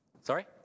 Sorry